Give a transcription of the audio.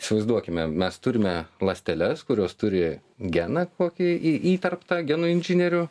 įsivaizduokime mes turime ląsteles kurios turi geną kokį į įterptą genų inžinierių